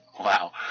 wow